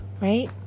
right